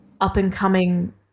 up-and-coming